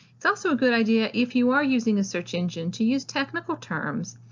it's also a good idea if you are using a search engine to use technical terms,